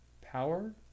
power